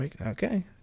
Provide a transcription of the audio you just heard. Okay